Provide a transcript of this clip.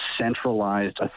centralized